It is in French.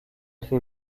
fait